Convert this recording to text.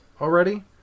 already